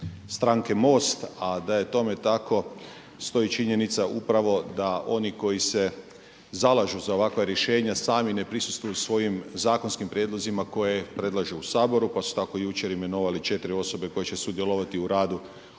stranke MOST-a a da je tome tako stoji činjenica upravo da oni koji se zalažu za ovakva rješenja sami ne prisustvuju svojim zakonskim prijedlozima koje predlažu u Saboru. Pa su tako jučer imenovali 4 osobe koje će sudjelovati u radu